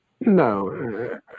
No